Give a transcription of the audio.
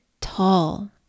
tall